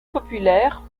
populaire